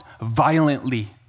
violently